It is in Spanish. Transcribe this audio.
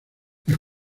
las